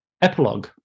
epilogue